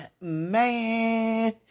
Man